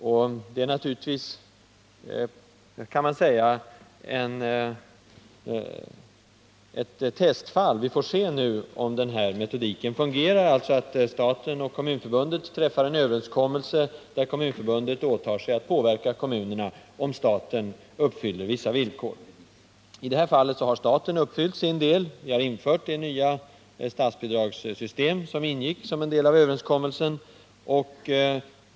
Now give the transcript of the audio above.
Detta är naturligtvis ett testfall. Vi får se om denna metodik fungerar, alltså att staten och Kommunförbundet träffar en överenskommelse där Kommunförbundet åtar sig att påverka kommunerna om staten uppfyller vissa villkor. I detta fall har staten uppfyllt sin del; vi har infört det nya statsbidragssystem som ingick i överenskommelsen.